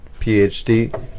PhD